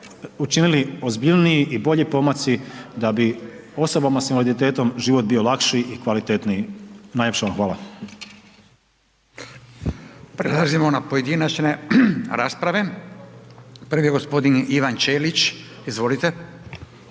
učinili ozbiljniji i bolji pomaci da bi osobama s invaliditetom život bio lakši i kvalitetniji. Najljepša vam hvala.